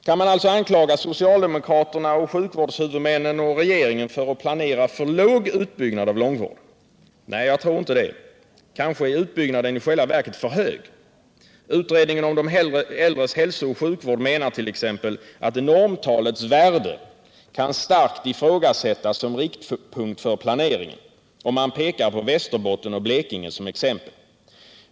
Kan man alltså anklaga socialdemokraterna, sjukvårdshuvudmännen och regeringen för att planera för låg utbyggnad av långvården? Nej, jag tror inte det. Kanske är utbyggnaden i själva verket för hög. Utredningen om de äldres hälsooch sjukvård menar t.ex. att ”normtalets värde kan starkt ifrågasättas som riktpunkt för planeringen” och pekar på Västerbotten och Blekinge som exempel.